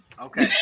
okay